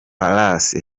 palace